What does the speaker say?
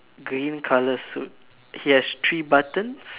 green colour suit yes three buttons